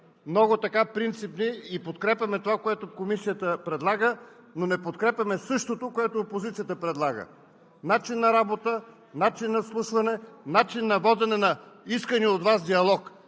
много принципни и подкрепяме това, което Комисията предлага, но не подкрепяме същото, което опозицията предлага?! Начин на работа, начин на изслушване, начин на водене на искания от Вас диалог.